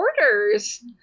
orders